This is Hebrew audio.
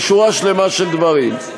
ושורה שלמה של דברים.